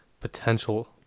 potential